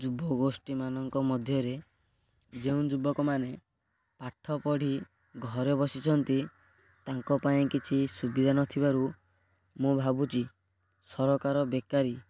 ଯୁବଗୋଷ୍ଠୀମାନଙ୍କ ମଧ୍ୟରେ ଯେଉଁ ଯୁବକମାନେ ପାଠ ପଢ଼ି ଘରେ ବସିଛନ୍ତି ତାଙ୍କ ପାଇଁ କିଛି ସୁବିଧା ନ ଥିବାରୁ ମୁଁ ଭାବୁଛି ସରକାର ବେକାରୀ